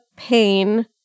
pain